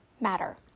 matter